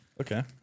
okay